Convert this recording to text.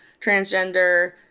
transgender